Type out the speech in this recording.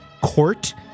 court